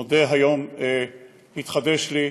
מודה, היום התחדש לי,